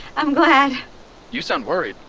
i'm glad you sound worried.